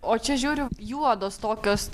o čia žiauriu juodos tokios